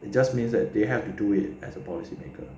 it just means that they have to do it as a policymaker